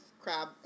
Crab